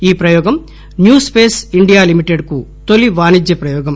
ఈ ప్రయోగం new space India limited కు తొలి వాణిజ్య ప్రయోగం